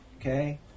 okay